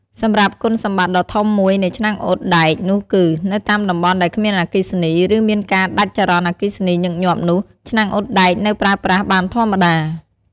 សម្រាប់គុណសម្បត្តិដ៏ធំមួយនៃឆ្នាំងអ៊ុតដែកនោះគឺ នៅតាមតំបន់ដែលគ្មានអគ្គិសនី ឬមានការដាច់ចរន្តអគ្គិសនីញឹកញាប់នោះ ឆ្នាំងអ៊ុតដែកនៅប្រើប្រាស់បានធម្មតា។